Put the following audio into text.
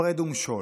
הפרד ומשול.